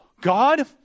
God